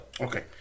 Okay